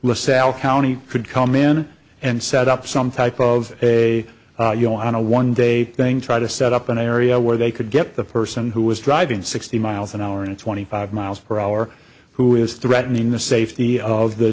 lasalle county could come in and set up some type of a you know on a one day thing try to set up an area where they could get the person who was driving sixty miles an hour and twenty five miles per hour who is threatening the safety of the